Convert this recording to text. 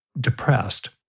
depressed